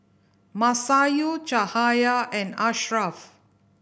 Masayu Cahaya and Ashraff